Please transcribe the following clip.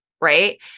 right